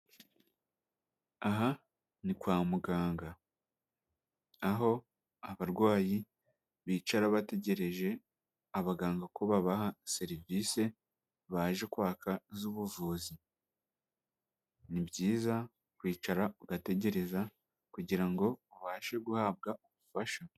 Aha ni kwa muganga, aho abarwayi bicara bategereje abaganga ko babaha serivisi baje kwaka z'ubuvuzi, ni byiza kwicara ugategereza kugira ngo ubashe guhabwa ubufasha.